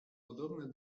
podobne